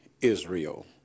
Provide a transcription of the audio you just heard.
Israel